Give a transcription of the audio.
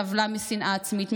סבלה משנאה עצמית,